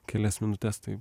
kelias minutes tai